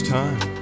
time